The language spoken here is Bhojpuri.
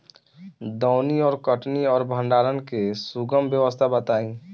दौनी और कटनी और भंडारण के सुगम व्यवस्था बताई?